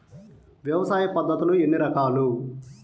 వ్యవసాయ పద్ధతులు ఎన్ని రకాలు?